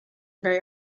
very